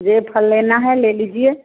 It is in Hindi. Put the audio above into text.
जो फल लेना है ले लीजिए